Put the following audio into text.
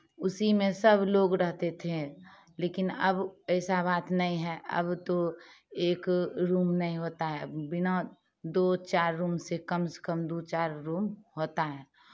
उसी में सब लोग रहते थे लेकिन अब ऐसा बात नहीं है अब तो एक रूम नहीं होता है बिना दो चार रूम से कम से कम दो चार रूम होता है